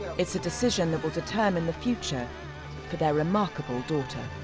it's a decision that will determine the future for their remarkable daughter.